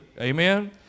Amen